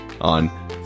on